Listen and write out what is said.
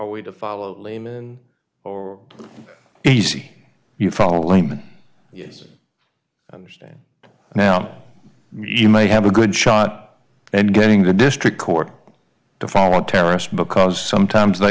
way to follow him in or easy you follow layman yes i understand now you may have a good shot and getting the district court to follow terrorists because sometimes they